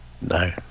No